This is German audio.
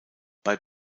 bei